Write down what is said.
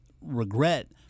regret